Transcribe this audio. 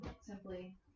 simply